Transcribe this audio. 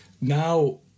Now